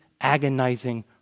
agonizing